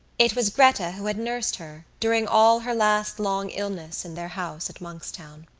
it was gretta who had nursed her during all her last long illness in their house at monkstown.